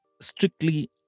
strictly